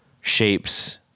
shapes